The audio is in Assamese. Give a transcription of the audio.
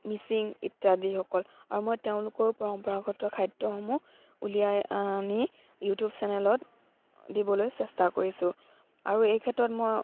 মিচিং ইত্যাদিসকল আৰু মই তেওঁলোকৰো পৰম্পৰাগত খাদ্যসমূহ উলিয়াই আনি ইউটিউব চেনেলত দিবলৈ চেষ্টা কৰিছোঁ আৰু এই ক্ষেত্ৰত মই